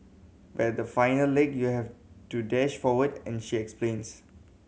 but the final leg you have to dash forward and she explains